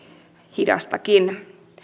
hidastakin